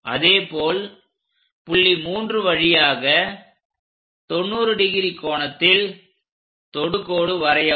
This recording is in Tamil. அதேபோல் புள்ளி 3 வழியாக 90° கோணத்தில் தொடுகோடு வரையவும்